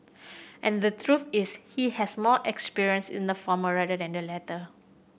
and the truth is he has more experience in the former rather than the latter